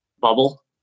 bubble